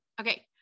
Okay